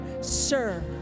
sir